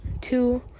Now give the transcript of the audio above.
two